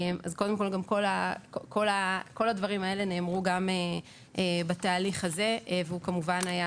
כל הדברים האלה נאמרו גם בתהליך הזה והוא כמובן היה